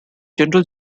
general